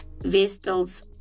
vestals